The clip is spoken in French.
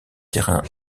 terrain